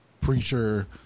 preacher